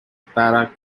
para